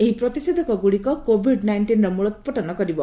ଏହି ପ୍ରତିଷେଧକ ଗୁଡ଼ିକ କୋବିଡ୍ ନାଇଷ୍ଟିନ୍ର ମୂଳୋତ୍ପାଟନ କରିବ